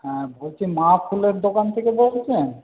হ্যাঁ বলছি মা ফুলের দোকান থেকে বলছেন